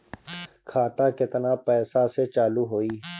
खाता केतना पैसा से चालु होई?